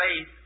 faith